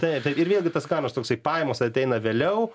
taip ir vėlgi tas kaimas toksai pajamos ateina vėliau